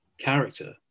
character